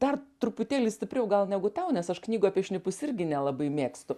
dar truputėlį stipriau gal negu tau nes aš knygų apie šnipus irgi nelabai mėgstu